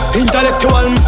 intellectual